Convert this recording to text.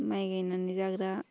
माइ गायनानै जाग्रा